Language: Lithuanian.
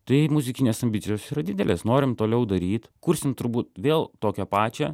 tai muzikinės ambicijos yra didelės norim toliau daryt kursim turbūt vėl tokią pačią